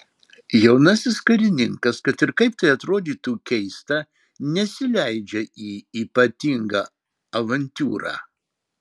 jaunasis karininkas kad ir kaip tai atrodytų keista nesileidžia į ypatingą avantiūrą